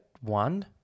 one